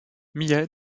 mia